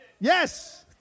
Yes